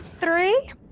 Three